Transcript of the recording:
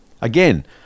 Again